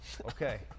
Okay